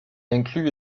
inclut